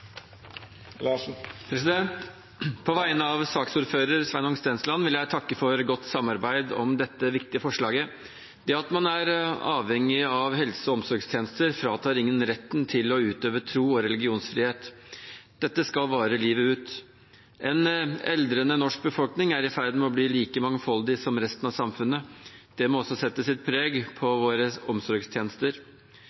På vegne av saksordfører Sveinung Stensland vil jeg takke for godt samarbeid om dette viktige forslaget. Det at man er avhengig av helse- og omsorgstjenester, fratar ingen retten til å utøve tros- og religionsfrihet. Dette skal vare livet ut. En aldrende norsk befolkning er i ferd med å bli like mangfoldig som resten av samfunnet. Det må også sette sitt preg på